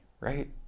right